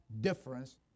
difference